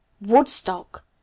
Woodstock